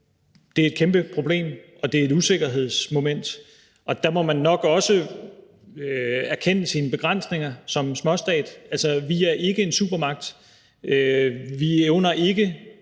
det er et kæmpe problem, og det er et usikkerhedsmoment, og der må man nok også erkende sine begrænsninger som en småstat, for vi er ikke en supermagt. Vi evner ikke